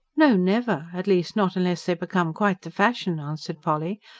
no, never. at least, not unless they become quite the fashion, answered polly.